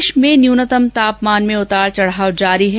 प्रदेश में न्यूनतम तापमान में उतार चढ़ाव जारी है